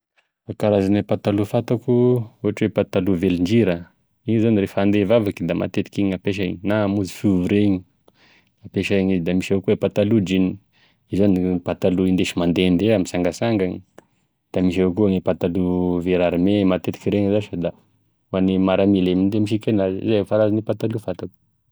E karazan'e patalo fantako ohatra hoe patalo velondrira, izy moa refa ande hivavaka de matetiky igny gn'ampiasaigny, na ande hamonjy fivoria ihampesay izy, da misy evakoa e patalo jean, izy zany i patalo hindesy mandehandeha na mitsangatsangany, da misy avao koa e patalo vert armé matetiky iregny zash da hoagny miaramila gne nde misiky agnazy, izay karazana patalo fantako.